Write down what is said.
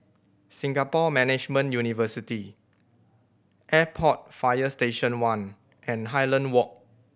Singapore Management University Airport Fire Station One and Highland Walk